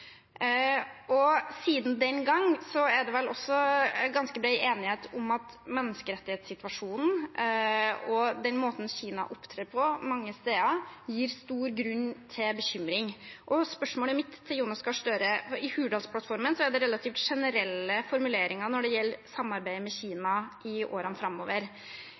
Siden den gang er det vel også ganske bred enighet om at menneskerettighetssituasjonen og den måten Kina opptrer på mange steder, gir stor grunn til bekymring. Spørsmålet mitt til Jonas Gahr Støre er: I Hurdalsplattformen er det relativt generelle formuleringer når det gjelder samarbeidet med Kina i årene framover.